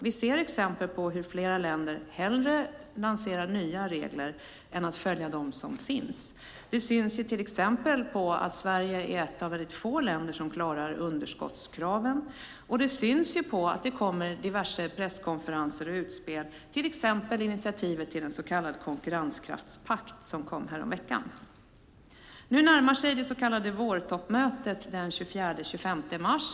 Vi ser exempel på hur flera länder hellre lanserar nya regler än att följa dem som finns. Det syns till exempel på att Sverige är ett av väldigt få länder som klarar underskottskraven. Det syns på att det kommer diverse presskonferenser och utspel. Det gäller till exempel initiativet till en så kallad konkurrenskraftspakt som kom häromveckan. Nu närmar sig det så kallade vårtoppmötet den 24 och 25 mars.